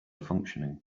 functioning